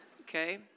okay